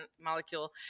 molecule